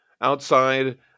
Outside